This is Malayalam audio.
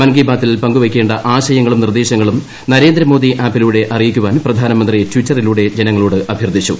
മൻകി ബാതിൽ പങ്കുവയ്ക്കേണ്ട ആശയങ്ങളും നിർദ്ദേശങ്ങളും നരേന്ദ്രമോദി ആപ്പിലൂടെ അറിയി ക്കുവാൻ പ്രധാനമന്ത്രി ടിറ്ററിലൂടെ ജനങ്ങളോട് അഭ്യർത്ഥിച്ചു